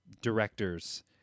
directors